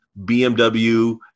BMW